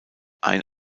ein